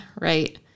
right